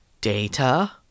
Data